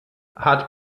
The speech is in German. hat